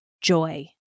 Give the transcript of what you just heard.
joy